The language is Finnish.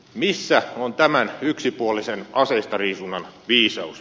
missä on tämän yksipuolisen aseistariisunnan viisaus